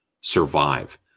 survive